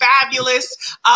fabulous